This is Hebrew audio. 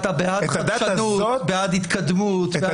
אתה בעד חדשנות, בעד התקדמות, בעד יצירתיות.